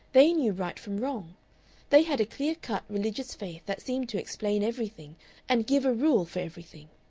they knew right from wrong they had a clear-cut, religious faith that seemed to explain everything and give a rule for everything.